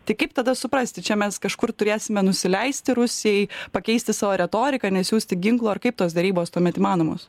tai kaip tada suprasti čia mes kažkur turėsime nusileisti rusijai pakeisti savo retoriką nesiųsti ginklų ar kaip tos derybos tuomet įmanomos